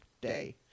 day